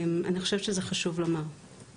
אני חושבת שחשוב לומר את זה.